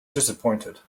disappointed